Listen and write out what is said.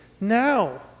now